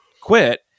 quit